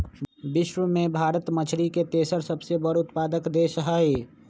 विश्व में भारत मछरी के तेसर सबसे बड़ उत्पादक देश हई